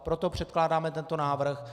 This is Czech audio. Proto předkládáme tento návrh.